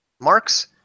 Marx